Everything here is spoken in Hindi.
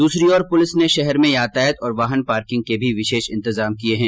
दूसरी ओर पुलिस ने शहर में यातायात और वाहन पार्किंग के भी विषेष प्रबंध किये हैं